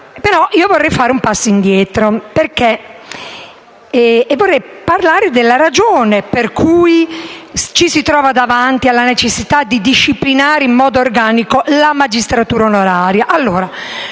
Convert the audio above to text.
però fare un passo indietro e parlare della ragione per cui ci si trova davanti alla necessità di disciplinare in modo organico la magistratura onoraria.